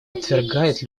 отвергает